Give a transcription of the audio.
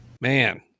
man